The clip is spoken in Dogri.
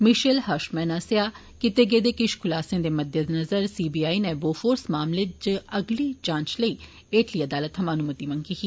मिषेल हर्शमेन आस्सेआ कीते गेदे किष खुलासें दे मद्देनजर सीबीआई ने बोफोर्स मामले च अगड़ी जांच लेई हेठली अदालत थमां अनुमति मंगी ही